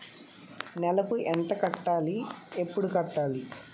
నెలకు ఎంత కట్టాలి? ఎప్పుడు కట్టాలి?